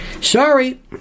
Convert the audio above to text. Sorry